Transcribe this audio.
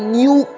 new